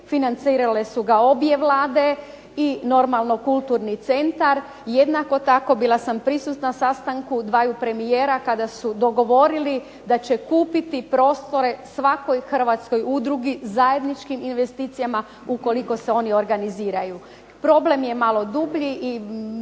Financirale su ga obje Vlade i normalno kulturni centar. Jednako tako, bila sam prisutna sastanku dvaju premijera kada su dogovorili da će kupiti prostore svakoj hrvatskoj udruzi zajedničkim investicijama ukoliko se oni organiziraju. Problem je malo dublji i